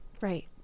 Right